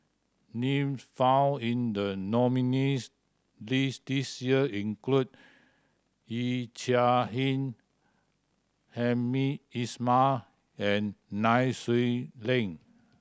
names found in the nominees' list this year include Yee Chia Hsing Hamed Ismail and Nai Swee Leng